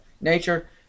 nature